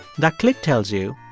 that click tells you,